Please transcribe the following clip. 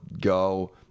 go